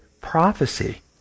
prophecy